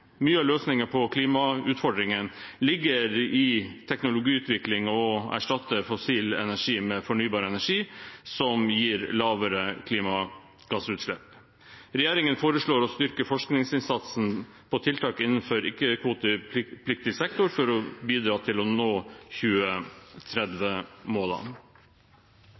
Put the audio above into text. Mye av løsningen på klimautfordringene ligger i teknologiutvikling og å erstatte fossil energi med fornybar energi, som gir lavere klimagassutslipp. Regjeringen foreslår å styrke forskningsinnsatsen på tiltak innenfor ikke-kvotepliktig sektor for å bidra til å nå